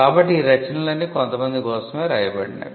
కాబట్టి ఈ రచనలన్నీ కొంతమంది కోసమే రాయబడినవి